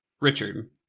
Richard